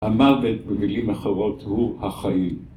המוות במילים אחרות הוא החיים.